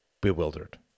bewildered